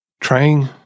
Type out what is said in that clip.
trying